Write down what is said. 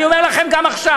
אני אומר לכם גם עכשיו: